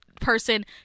person